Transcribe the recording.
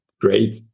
great